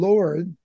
Lord